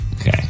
Okay